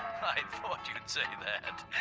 but you'd and say that!